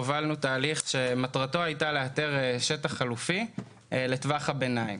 הובלנו תהליך שמטרתו הייתה לאתר שטח חלופי לטווח הביניים.